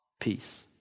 Peace